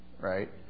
right